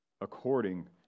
According